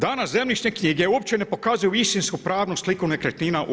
Danas zemljišne knjige uopće ne pokazuju istinsku pravnu sliku nekretnina u RH.